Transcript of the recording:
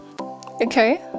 Okay